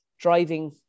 driving